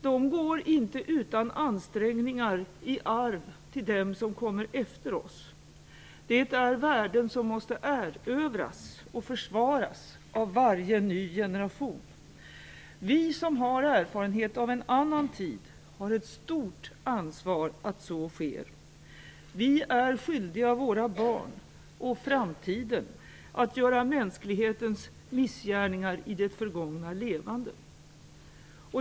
De går inte utan ansträngningar i arv till dem som kommer efter oss. Det är värden som måste erövras och försvaras av varje ny generation. Vi, som har erfarenhet av en annan tid, har ett stort ansvar för att så sker. Vi är skyldiga våra barn och framtiden att göra mänsklighetens missgärningar i det förgångna levande.